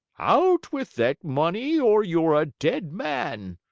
out with that money or you're a dead man,